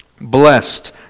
Blessed